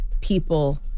people